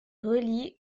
relie